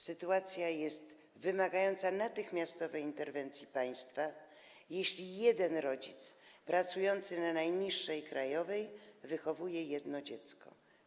Sytuacja wymaga natychmiastowej interwencji państwa, jeśli jeden rodzic pracujący za najniższą krajową wychowuje jedno dziecko.